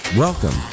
Welcome